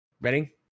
Ready